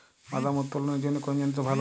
বাদাম উত্তোলনের জন্য কোন যন্ত্র ভালো?